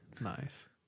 Nice